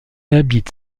habite